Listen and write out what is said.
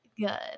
good